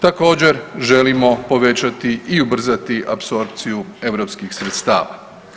Također želimo povećati i ubrzati apsorpciju europskih sredstava.